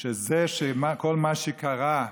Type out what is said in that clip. שכל מה שקרה,